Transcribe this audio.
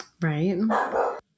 Right